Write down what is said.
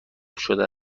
شده